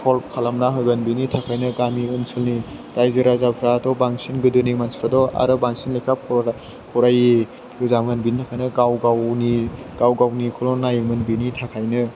solve खालामना होगोन बेनि थाखायनो गामि ओनसोलनि रायजो राजाफोराथ' बांसिन गोदोनि मानसिफोराथ' आरो बांसिन लेखा फरायि गोजामोन बेनि थाखायनो गाव गावनिखौल' नायोमोन बेनिथाखायनो